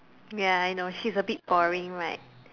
ya I know she's a bit boring right